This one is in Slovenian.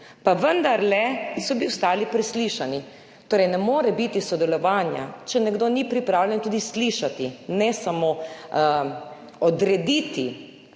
pa vendarle so bili ostali preslišani. Torej, ne more biti sodelovanja, če nekdo ni pripravljen tudi slišati, ne samo odrediti,